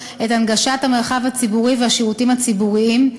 את הנגשת המרחב הציבורי והשירותים הציבוריים,